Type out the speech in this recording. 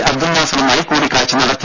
അബ്ദുൽ നാസറുമായി കൂടിക്കാഴ്ച്ച നടത്തി